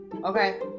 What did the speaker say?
Okay